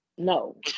no